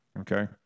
Okay